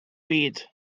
byd